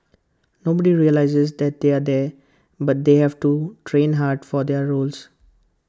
nobody realises that they're there but they have to train hard for their roles